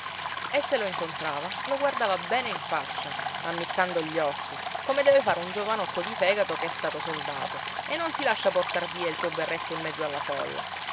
e se lo incontrava lo guardava bene in faccia ammiccando gli occhi come deve fare un giovanotto di fegato che è stato soldato e non si lascia portar via il suo berretto in mezzo alla folla